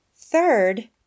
Third